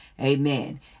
amen